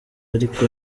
ariko